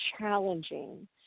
challenging